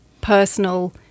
personal